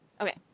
Okay